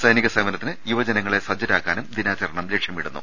സൈനിക സേവനത്തിന് യുവജ നങ്ങളെ സജ്ജരാക്കാനും ദിനാചരണം ലക്ഷ്യമിടുന്നു